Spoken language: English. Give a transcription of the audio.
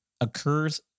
occurs